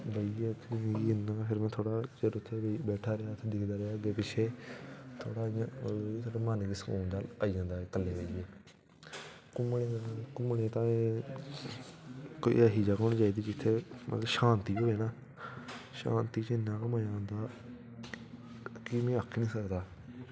फिर में थोह्ड़ा चिर उत्थै बैठा रेहा ते दिखदा रेहा अग्गै पिच्छै थोह्ड़ा इयां मन गी सकून जेहा आई जंदा इक्कले बेहियै घूमने तांई कोई ऐसी जगह होनी चाहिदी जित्थै मतलब शांति होऐ ना शांति च इन्ना मजा औंदा कि में आक्खी नेईं सकदा